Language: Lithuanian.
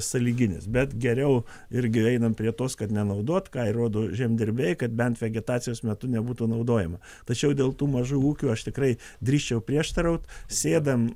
sąlyginis bet geriau irgi einam prie tos kad nenaudot ką ir rodo žemdirbiai kad bent vegetacijos metu nebūtų naudojama tačiau dėl tų mažų ūkių aš tikrai drįsčiau prieštaraut sėdam